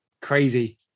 Crazy